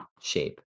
shape